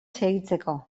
segitzeko